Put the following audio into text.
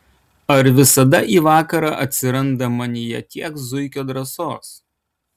ar visada į vakarą atsiranda manyje tiek zuikio drąsos